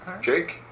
Jake